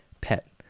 pet